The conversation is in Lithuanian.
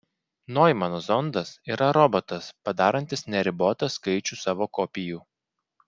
noimano zondas yra robotas padarantis neribotą skaičių savo kopijų